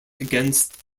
against